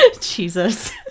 Jesus